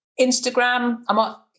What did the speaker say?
Instagram